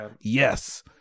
Yes